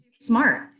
smart